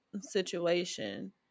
situation